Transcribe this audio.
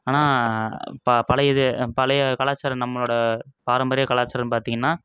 ஆனால் பா பழைய இது பழைய கலாச்சாரம் நம்மளோடய பாரம்பரிய கலாச்சாரம் பார்த்தீங்கன்னா